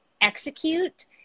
execute